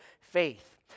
faith